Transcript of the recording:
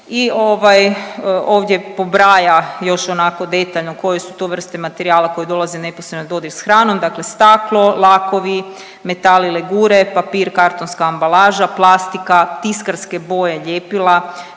ovdje pobraja još onako detaljno koje su to vrste materijala koje dolaze u neposredan dodir s hranom, dakle staklo, lakovi, metali, legure, papir, kartonska ambalaža, plastika, tiskarske boje, ljepila,